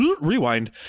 rewind